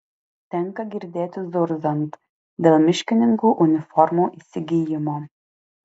tenka girdėti zurzant dėl miškininkų uniformų įsigijimo